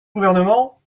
gouvernement